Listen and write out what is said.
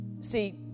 See